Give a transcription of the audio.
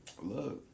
Look